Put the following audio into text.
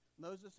Moses